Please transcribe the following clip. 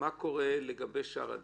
מה קורה לגבי שאר הדברים?